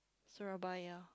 Surabaya